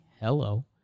hello